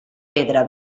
pedra